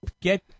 Get